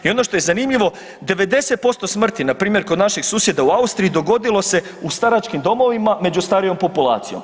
I ono što je zanimljivo 90% smrti npr. kod naših susjeda u Austriji dogodilo se u staračkim domovima među starijom populacijom.